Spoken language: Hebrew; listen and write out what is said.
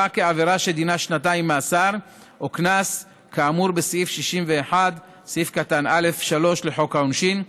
כעבירה שדינה שנתיים מאסר או קנס כאמור בסעיף 61(א)(3) לחוק העונשין,